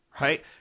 right